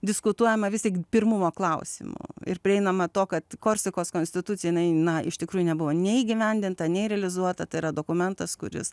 diskutuojama vis tik pirmumo klausimu ir prieinama to kad korsikos konstitucija jinai na iš tikrųjų nebuvo nei įgyvendinta nei realizuota tai yra dokumentas kuris